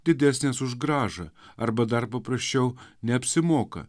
didesnės už grąžą arba dar paprasčiau neapsimoka